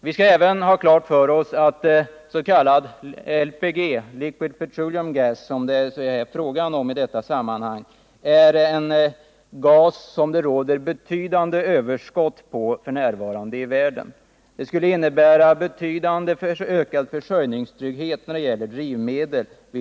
Vi skall även ha klart för oss att s.k. LPG, liquid petroleum gas, som det är fråga om i detta sammanhang, är en gas som det råder betydande överskott på f.n. i världen. Ett införande av gasbilar i Sverige skulle alltså innebära en betydligt ökad försörjningstrygghet när det gäller drivmedel.